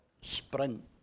sprint